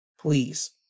please